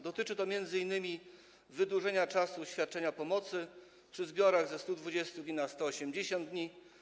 Dotyczy to m.in. wydłużenia czasu świadczenia pomocy przy zbiorach ze 120 dni do 180 dni.